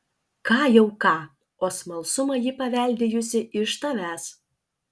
ką jau ką o smalsumą ji paveldėjusi iš tavęs